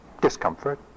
discomfort